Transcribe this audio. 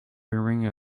wearing